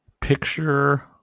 Picture